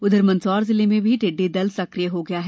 उधर मंदसौर जिले में भी टिड्डी दल सक्रिय हो गया है